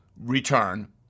return